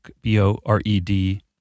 B-O-R-E-D